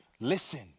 listen